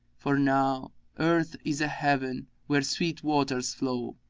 for now earth is a heaven where sweet waters flow.